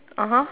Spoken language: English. (uh huh)